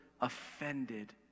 offended